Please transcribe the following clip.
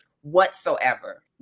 whatsoever